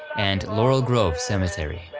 and laurel grove cemetery.